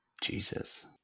Jesus